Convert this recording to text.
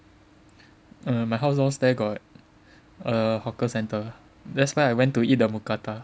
um my house downstairs got a hawker center that's why I went to eat the mookata